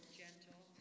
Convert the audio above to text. gentle